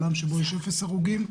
עולם שבו יש אפס הרוגים,